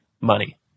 money